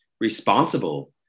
responsible